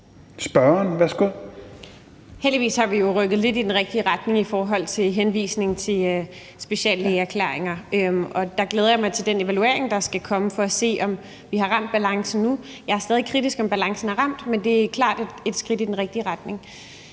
Velasquez (EL): Heldigvis har vi jo rykket lidt i den rigtige retning i forhold til en henvisning til speciallægeerklæringer, og der glæder jeg mig til den evaluering, der skal komme, for at se, om vi nu har ramt balancen. Jeg er stadig kritisk, i forhold til om balancen er ramt, men det er klart et skridt i den rigtige retning.